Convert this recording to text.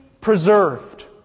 preserved